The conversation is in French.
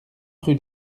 rue